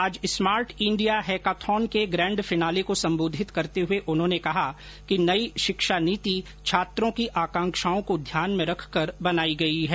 आज smart India hackathon के grand finale को संबोधित करते हये उन्होंने कहा कि नई शिक्षा नीति छात्रों की आकांक्षाओं को ध्यान में रखकर बनाई गई है